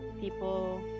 people